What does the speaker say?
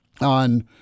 on